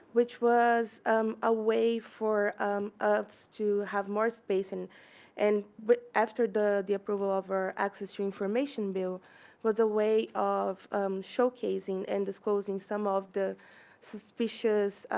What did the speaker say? which was um a way for us to have more space. and and but after the the approval of our access to information bill, it was a way of show casing and disclosing some of the suspicious